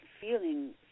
feeling